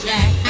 Jack